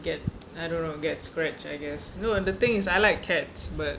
get I don't know get scratched I guess no the thing is I like cats but